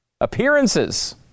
Appearances